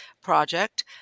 project